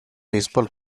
baseball